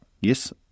Yes